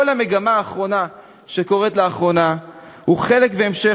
כל המגמה שקורית לאחרונה היא חלק והמשך